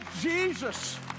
Jesus